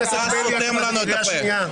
אתה סותם לנו את הפה.